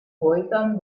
häusern